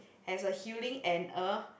has a healing and a